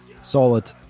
solid